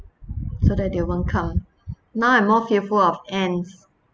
so that they won't come now I'm more fearful of ants